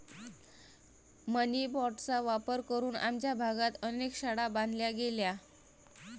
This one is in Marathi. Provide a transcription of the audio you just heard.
मनी बाँडचा वापर करून आमच्या भागात अनेक शाळा बांधल्या गेल्या